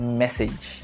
message